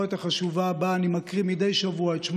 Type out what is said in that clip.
במסורת החשובה שבה אני מקריא מדי שבוע את